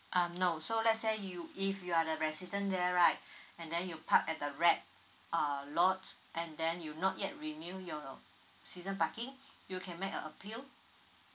um no so let's say you if you are the resident there right and then you park at the red uh lot and then you not yet renew your season parking you can make a appeal